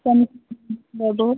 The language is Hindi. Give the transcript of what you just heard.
सम और दो